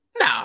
no